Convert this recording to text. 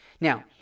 Now